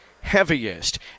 heaviest